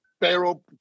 barrel